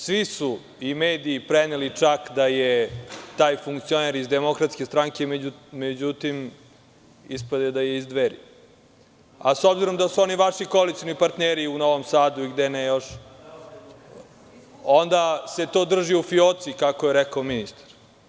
Svi su i mediji preneli čak da je taj funkcioner iz Demokratske stranke, međutim, ispade da je iz Dveri, a s obzirom da su oni vaši koalicioni partneri u Novom Sadu i gde ne još, onda se to drži u fijoci, kako je rekao ministar.